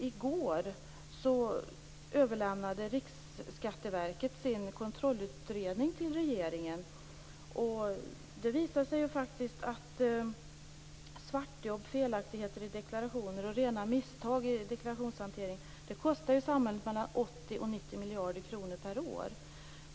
I går överlämnade Riksskatteverket sin kontrollutredning till regeringen. Det visade sig att svartjobb, felaktigheter i deklarationer, rena misstag i deklarationshanteringen, kostar samhället 80-90 miljarder kronor per år.